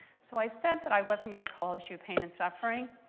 so i said that i wasn't going to cause you pain and suffering.